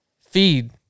feed